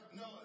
no